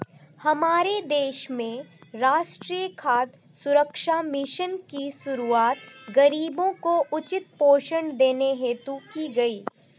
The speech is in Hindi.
हमारे देश में राष्ट्रीय खाद्य सुरक्षा मिशन की शुरुआत गरीबों को उचित पोषण देने हेतु की गई